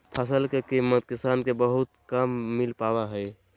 फसल के कीमत किसान के बहुत कम मिल पावा हइ